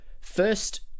first